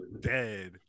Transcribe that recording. Dead